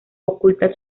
oculta